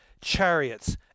chariots